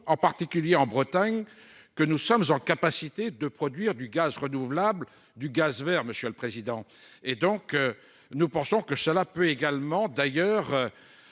en particulier en Bretagne que nous sommes en capacité de produire du gaz renouvelable du gaz vers Monsieur le Président. Et donc nous pensons que cela peut également d'ailleurs.